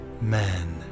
Man